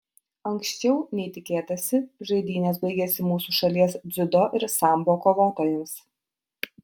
anksčiau nei tikėtasi žaidynės baigėsi mūsų šalies dziudo ir sambo kovotojams